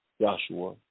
Joshua